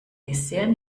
dessert